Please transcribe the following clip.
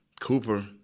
Cooper